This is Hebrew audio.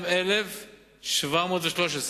52,713,